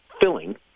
filling